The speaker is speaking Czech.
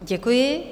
Děkuji.